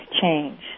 change